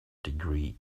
degree